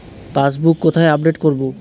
Passbook কোথায় update করব?